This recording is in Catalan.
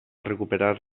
recuperar